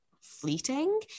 fleeting